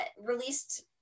released